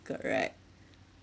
correct